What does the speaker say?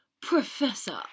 Professor